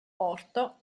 porto